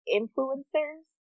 influencers